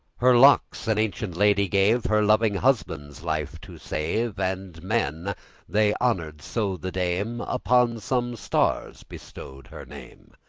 her locks an ancient lady gave her loving husband's life to save and men they honored so the dame upon some stars bestowed her name.